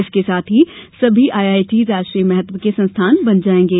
इसके साथ ही सभी आईआईआईटी राष्ट्रीय महत्व के संस्थान बन जाएगें